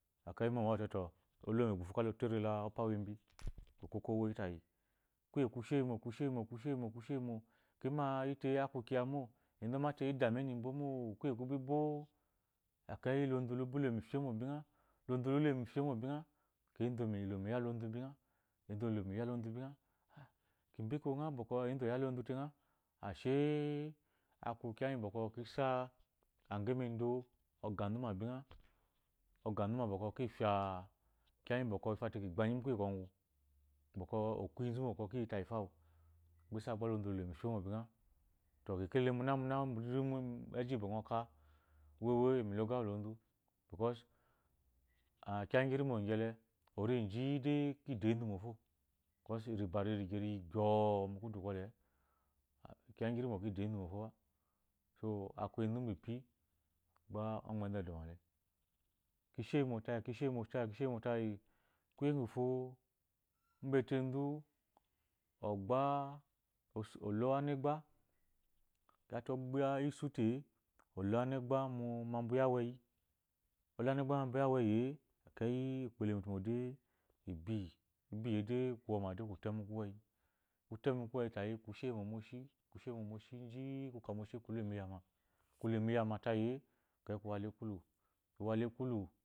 Ekweyi ɔte to lo lowu mu egbuhu ka lo tawu mu opa uwembi okoko owoyi tayi kuye kushe shemo kushemo kushemo kushemo ki mayi te akun kiya mo mi mate indamine bomo kuye kubi bo ekeyi lozu lu lo mu ifemo bingha ekeyi enzu lomu mi yalozu bingha enzu lo mu mi ya lozu bingha enzu lo mu mi ya lozu bingha ah bike ki wo ngha bwɔkwɔ enzu oya lazu tena ashe akun kiya bɔkwɔ kisa akwembe ndo ogan zu bingha ifanzuma bwɔ kwɔ ki fya kiya igi bwɔkwɔ ifɔte ki gbagyi kuye kimgu bwɔkwɔ okuyinzu bwɔkwɔ kiya tayi fo awu bi isa gba lozu lu lo mu ife mo bingha to kekelele muna muna meji iyi bwɔkwɔ ngɔ ka uwe uwe iyi mu iloga uwu lozu because a kiya igyi rimo gyele oreji de ki do enzu moto cos riba rigye rigyɔo mu kudu kwɔle kuje irimo ki do enzu mo to ba so akur enzu mbipi gba ɔgbenzu edoma le ki shemo tayi ki sheyimo tayi kuye kgusufo mbetenzu ogba olo amegba kyate ogba ensu te oloyi ane gba mu ambu yi aweyi olo anegba ambu yi aweyire akeyi ukpo elo mu etumo de ibiyi ibi yi de kuwa ma de ku te mu kuweyi ku te mu kuweyi de ku she mo kushe moshi ji-i ke ka moshi ku le mu lyama ku lemu iyama tayi e ekeyi ku wala ekulu